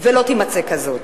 ולא תימצא כזאת.